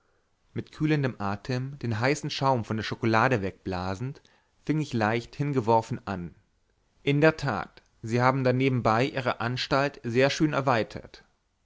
mit kühlendem atem den heißen schaum von der schokolade wegblasend fing ich leicht hingeworfen an in der tat sie haben da nebenbei ihre anstalt sehr schön erweitert